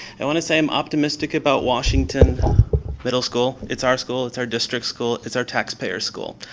i want to say i'm optimistic about washington middle school. it's our school, it's our district's school, it's our taxpayer school.